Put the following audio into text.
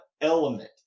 element